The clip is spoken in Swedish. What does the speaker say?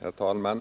Herr talman!